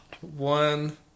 one